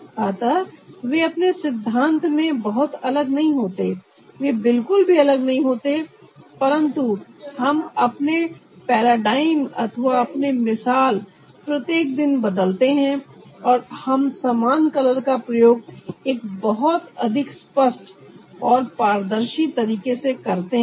अतः वे अपने सिद्धांत में बहुत अलग नहीं होते वे बिल्कुल भी अलग नहीं होते परंतु हम अपने पैराडाइम अथवा अपने मिसाल प्रत्येक दिन बदलते हैं और हम समान कलर का प्रयोग एक बहुत अधिक स्पष्ट और पारदर्शी तरीके से करते हैं